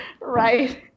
right